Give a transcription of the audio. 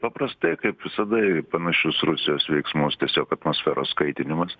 paprastai kaip visada panašius rusijos veiksmus tiesiog atmosferos kaitinimas